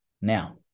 Now